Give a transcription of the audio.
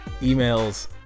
emails